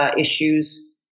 issues